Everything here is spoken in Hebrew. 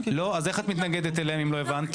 אז איך את מתנגדת להם אם לא הבנת?